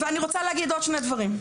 ואני רוצה להגיד עוד שני דברים.